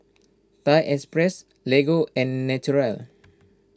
Thai Express Lego and Naturel